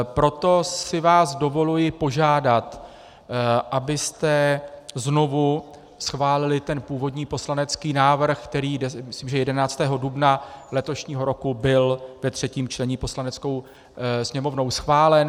Proto si vás dovoluji požádat, abyste znovu schválili ten původní poslanecký návrh, který, myslím že 11. dubna letošního roku, byl ve třetím čtení Poslaneckou sněmovnou schválen.